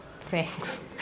thanks